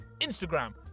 Instagram